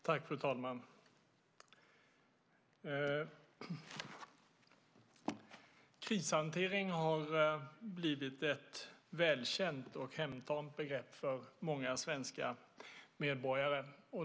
Fru talman! Krishantering har blivit ett välkänt och hemtamt begrepp för många svenska medborgare.